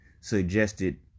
suggested